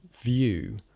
view